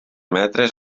metres